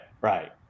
right